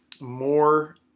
more